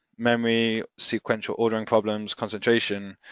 memory, sequential ordering problems, concentration,